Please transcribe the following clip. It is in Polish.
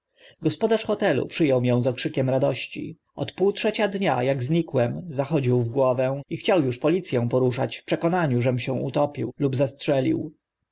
gospodarz hotelu przy ął mię z okrzykami radości od półtrzecia dnia ak zniknąłem zachodził w głowę i chciał uż polic ę poruszać w przekonaniu żem się utopił lub zastrzelił